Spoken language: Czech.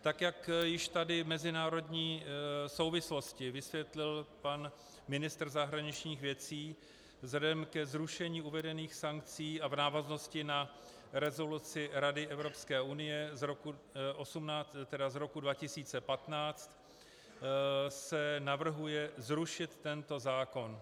Tak jak již tady mezinárodní souvislosti vysvětlil pan ministr zahraničních věcí, vzhledem ke zrušení uvedených sankcí a v návaznosti na rezoluci Rady Evropské unie z roku 2015 se navrhuje zrušit tento zákon.